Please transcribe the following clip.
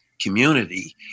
community